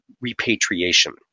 repatriation